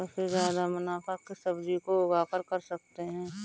सबसे ज्यादा मुनाफा किस सब्जी को उगाकर कर सकते हैं?